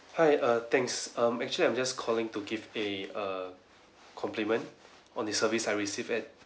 hi err thanks um actually I'm just calling to give a err compliment on the service I received at